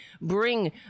bring